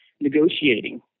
negotiating